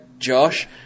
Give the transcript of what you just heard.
josh